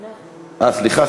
סליחה,